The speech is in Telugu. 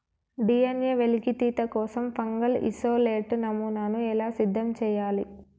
డి.ఎన్.ఎ వెలికితీత కోసం ఫంగల్ ఇసోలేట్ నమూనాను ఎలా సిద్ధం చెయ్యాలి?